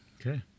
Okay